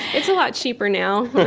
it's a lot cheaper, now,